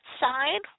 side